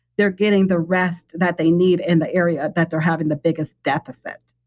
they're getting the rest that they need in the area that they're having the biggest deficit.